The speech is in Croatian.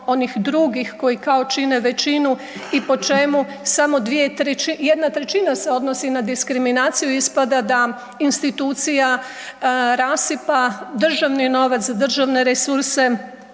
onih drugih koji kao čine većinu i po čemu samo 1/3 se odnosi na diskriminaciju, ispada da institucija rasipa državni novac, državne resurse